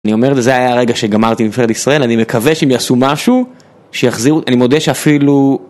אני אומר וזה היה הרגע שגמרתי עם נבחרת ישראל, אני מקווה שהם יעשו משהו, שיחזירו... אני מודה שאפילו...